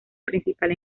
principal